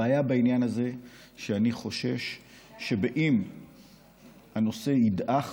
הבעיה בעניין הזה היא שאני חושש שהנושא ידעך.